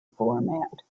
format